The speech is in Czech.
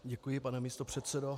Děkuji, pane místopředsedo.